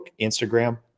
Instagram